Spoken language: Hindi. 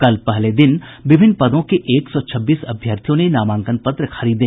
कल पहले दिन विभिन्न पदों के एक सौ छब्बीस अभ्यर्थियों ने नामांकन पत्र खरीदे